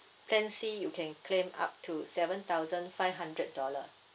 plan C you can claim up to seven thousand five hundred dollar